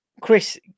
Chris